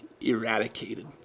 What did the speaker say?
eradicated